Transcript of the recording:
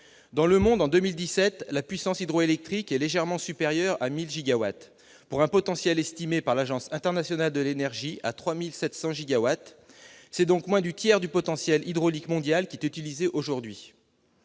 Dans le monde, en 2017, la puissance hydroélectrique est légèrement supérieure à 1 000 gigawatts, pour un potentiel estimé par l'Agence internationale de l'énergie à 3 700 gigawatts. C'est donc moins du tiers du potentiel hydraulique mondial qui est utilisé aujourd'hui.